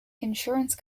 insurance